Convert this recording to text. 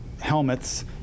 helmets